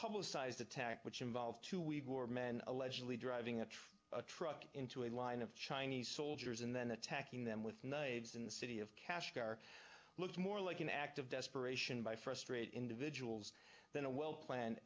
publicized attack which involved two we were men allegedly driving a truck a truck into a line of chinese soldiers and then attacking them with knives in the city of kashgar looks more like an act of desperation by frustrated individuals than a well planned